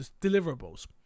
deliverables